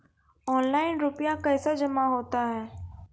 Online रुपये कैसे जमा होता हैं?